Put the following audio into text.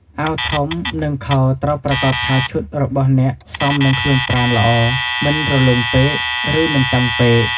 អាវធំ និងខោត្រូវប្រាកដថាឈុតរបស់អ្នកសមនឹងខ្លួនបានល្អ មិនរលុងពេក ឬមិនតឹងពេក។